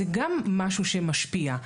זה גם משהו שמשפיע.